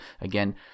Again